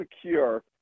secure